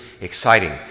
exciting